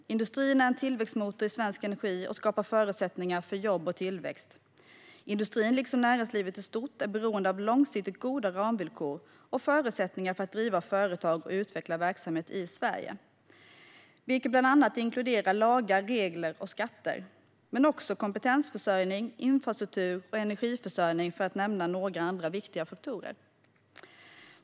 Industrin är en tillväxtmotor i svensk ekonomi och skapar förutsättningar för jobb och tillväxt. Industrin liksom näringslivet i stort är beroende av långsiktigt goda ramvillkor och förutsättningar för att driva företag och utveckla verksamhet i Sverige, vilket bland annat inkluderar lagar, regler och skatter men också kompetensförsörjning, infrastruktur och energiförsörjning - för att nämna några andra viktiga faktorer.